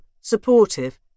supportive